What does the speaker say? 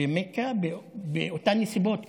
במכה, באותן הנסיבות כמעט.